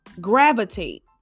gravitate